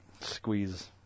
squeeze